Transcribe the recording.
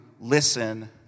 Listen